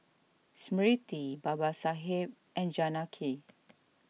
Smriti Babasaheb and Janaki